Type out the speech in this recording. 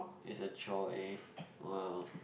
it's a chore eh !wow!